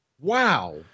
Wow